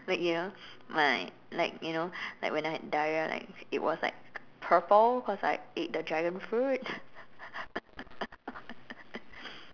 like you know my like you know like when I had diarrhea like it was like purple cause I ate the dragonfruit